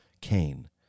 Cain